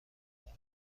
دارم